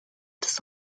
das